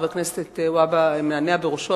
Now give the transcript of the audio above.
חבר הכנסת והבה מנענע בראשו,